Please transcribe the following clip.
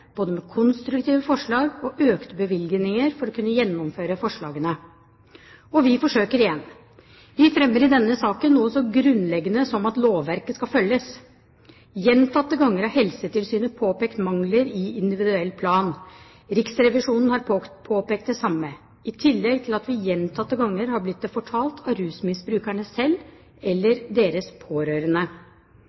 både med konstruktive forslag og økte bevilgninger, for å kunne gjennomføre forslagene. Og vi forsøker igjen. Vi fremmer i denne saken noe så grunnleggende som at lovverket skal følges. Gjentatte ganger har Helsetilsynet påpekt mangler i individuell plan, Riksrevisjonen har påpekt det samme, i tillegg til at vi gjentatte ganger har blitt det fortalt av rusmisbrukerne selv eller deres pårørende.